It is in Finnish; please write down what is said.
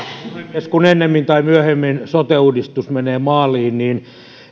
puhemies kun ennemmin tai myöhemmin sote uudistus menee maaliin niin